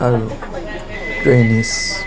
আৰু টেনিছ